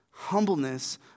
Humbleness